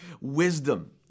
wisdom